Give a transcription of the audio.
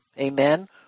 Amen